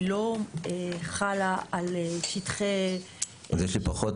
לא חלה על שטחי --- אז יש לי פחות